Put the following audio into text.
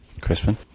Crispin